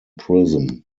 prism